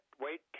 wait